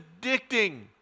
addicting